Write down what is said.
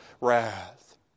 wrath